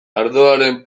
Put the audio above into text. ardoaren